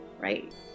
Right